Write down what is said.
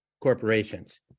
corporations